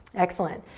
excellent.